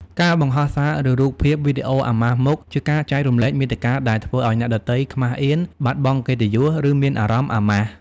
ការបង្ហោះសារ ឬរូបភាព/វីដេអូអាម៉ាស់មុខជាការចែករំលែកមាតិកាដែលធ្វើឲ្យអ្នកដទៃខ្មាសអៀន បាត់បង់កិត្តិយស ឬមានអារម្មណ៍អាម៉ាស់។